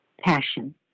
Passion